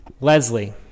Leslie